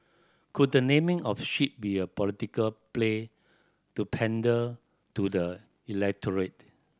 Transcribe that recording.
could the naming of ship be a political play to pander to the electorate